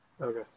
Okay